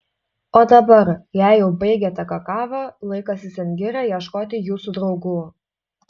o dabar jei jau baigėte kakavą laikas į sengirę ieškoti jūsų draugų